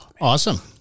Awesome